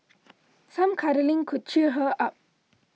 some cuddling could cheer her up